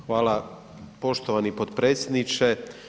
Hvala, poštovani potpredsjedniče.